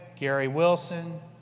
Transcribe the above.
gary wilson,